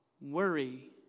Worry